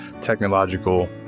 technological